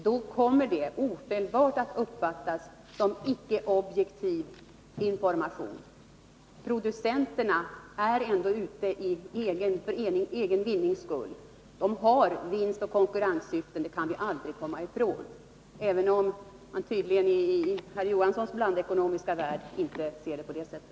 Då kommer det omedelbart att uppfattas som en icke objektiv information. Producenterna är ute efter egen vinning. De har vinstoch konkurrenssyften, det kan vi aldrig komma ifrån, även om man tydligen i Sven Johanssons blandekonomiska värld inte ser det på det sättet.